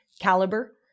caliber